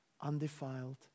undefiled